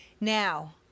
Now